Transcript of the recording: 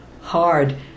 hard